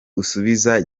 usubiza